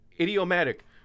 idiomatic